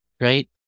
right